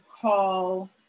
call